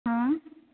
हँ